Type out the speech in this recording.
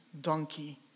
donkey